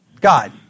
God